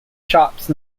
shops